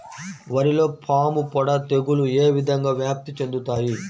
వరిలో పాముపొడ తెగులు ఏ విధంగా వ్యాప్తి చెందుతాయి?